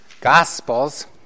Gospels